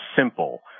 simple